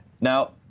Now